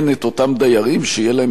שיהיה להם יומם בבית-המשפט,